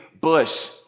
bush